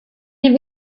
dem